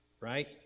Right